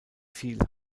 viel